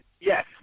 yes